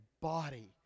body